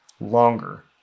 longer